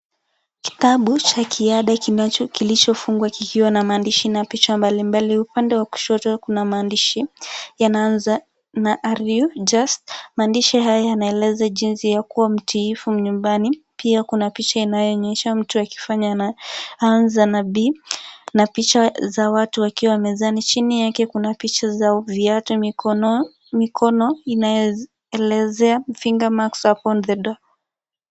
Kitabu cha kiada kilichofungwa kikiwa namaandishi na picha mbali mbali upande wa kushoto kuna maandishi yanaanza na are you just maandishi haya yanaeleza jinsi ya kuwa mtiifu nyumbani pia kuna picha inayoonyesha mtu akifanya na anza na b na picha za watu wakiwa mezani chini yake kuna picha zao viatu mikono inayoelezea fingermarks upon the door .